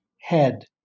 head